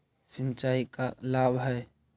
सिंचाई का लाभ है?